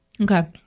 Okay